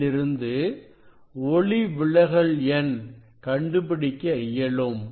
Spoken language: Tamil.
அதிலிருந்து ஒளிவிலகல் எண் கண்டுபிடிக்க இயலும்